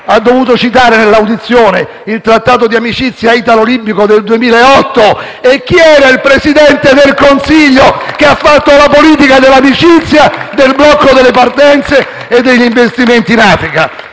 ha dovuto citare in audizione il Trattato di amicizia italo-libico del 2008: chi era il Presidente del Consiglio che ha fatto la politica dell'amicizia, del blocco delle partenze e degli investimenti in Africa?